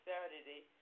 Saturday